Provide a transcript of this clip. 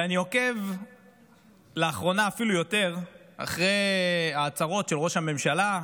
אני עוקב לאחרונה אפילו יותר אחרי ההצהרות של ראש הממשלה,